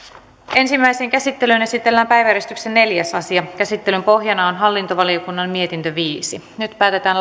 ensimmäiseen käsittelyyn esitellään päiväjärjestyksen neljäs asia käsittelyn pohjana on hallintovaliokunnan mietintö viisi nyt päätetään